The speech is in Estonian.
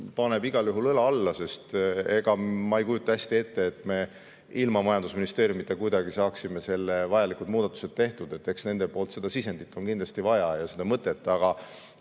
paneb igal juhul õla alla, sest ega ma ei kujuta hästi ette, et me ilma majandusministeeriumita kuidagi saaksime vajalikud muudatused tehtud. Eks nende poolt on sisendit kindlasti vaja ja seda mõtet. Aga